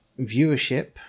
viewership